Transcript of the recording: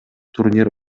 турнир